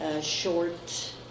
short